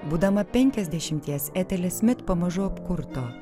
būdama penkiasdešimties etelė smit pamažu apkurto